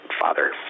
father